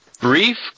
Brief